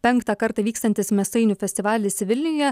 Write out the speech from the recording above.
penktą kartą vykstantis mėsainių festivalis vilniuje